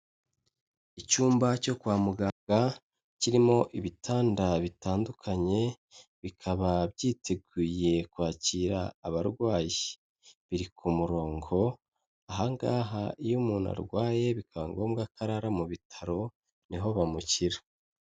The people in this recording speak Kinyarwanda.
Icyumba cyo kwa muganga kirimo ibitanda bitandukanye, bikaba byiteguye kwakira abarwayi biri ku murongo, aha ngaha iyo umuntu arwaye bikaba ngombwa ko arara mu bitaro ni ho bamushyira.